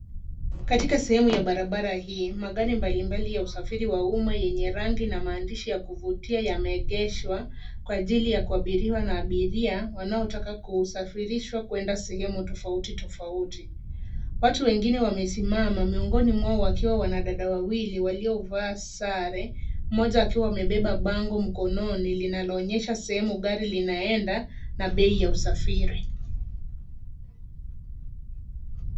Katika sehemu ya barabara hii, magari mbalimbali ya usafiri wa umma yenye rangi na maandishi ya kuvutia yameegeshwa kwa ajili ya kuabiriwa na abiria wanaotaka kusafirishwa kwenda sehemu tofauti tofauti. Watu wengine wamesimama, miongoni mwao wakiwa wanawake wawili waliovaa sare, mmoja wao akiwa amebeba bango mkononi linaloonyesha sehemu gari linaelekea na bei ya usafiri.